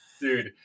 Dude